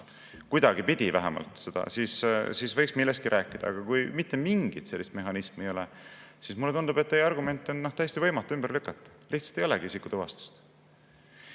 kuidagipidi [isik] tuvastatakse –, siis võiks millestki rääkida. Aga kui mitte mingit sellist mehhanismi ei ole, siis mulle tundub, et teie argumente on täiesti võimatu ümber lükata. Lihtsalt ei olegi isikutuvastust.